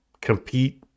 compete